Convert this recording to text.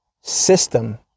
system